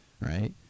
right